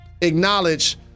acknowledge